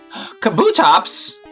Kabutops